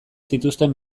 zituzten